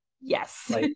yes